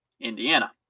Indiana